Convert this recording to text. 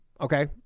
okay